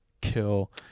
kill